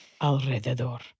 Alrededor